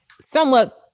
somewhat